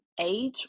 age